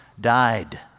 died